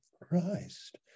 Christ